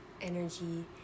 energy